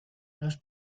los